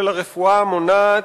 של הרפואה המונעת,